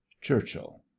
churchill